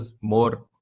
more